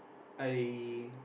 I